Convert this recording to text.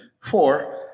four